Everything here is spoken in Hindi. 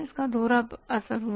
इसका दोहरा असर हुआ